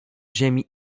ziemi